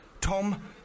Tom